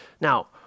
Now